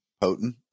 potent